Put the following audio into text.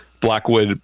Blackwood